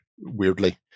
weirdly